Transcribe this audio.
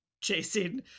chasing